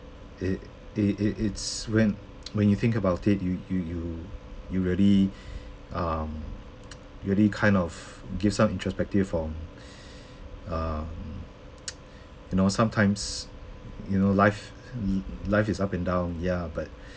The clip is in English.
it it it it's when when you think about it you you you you really um you really kind of give some introspective from um you know sometimes you know life li~ life is up and down ya but